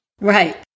Right